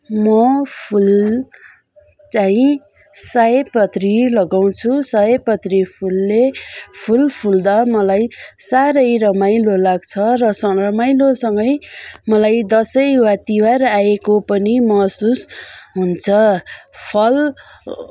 म फुल चाहिँ सयपत्री लगाउँछु सयपत्री फुलले फुल फुल्दा मलाई साह्रै रमाइलो लाग्छ र सँग रमाइलोसँगै मलाई दसैँ वा तिहार आएको पनि महसुस हुन्छ फल